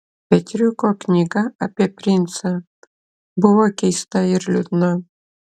petriuko knyga apie princą buvo keista ir liūdna